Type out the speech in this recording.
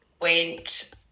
went